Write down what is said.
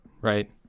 Right